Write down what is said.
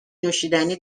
نوشیدنی